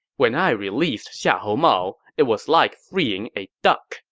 when i released xiahou mao, it was like freeing a duck,